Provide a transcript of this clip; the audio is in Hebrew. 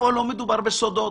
ופה לא מדובר בסודות,